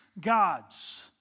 gods